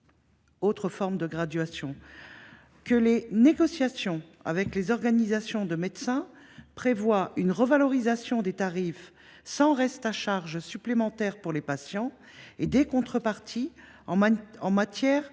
– autre forme de gradation – que les négociations avec les organisations de médecins prévoient une revalorisation des tarifs sans reste à charge supplémentaire pour les patients, en contrepartie d’obligations de permanence